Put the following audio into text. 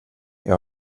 jag